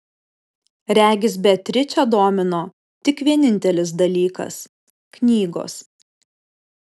regis beatričę domino tik vienintelis dalykas knygos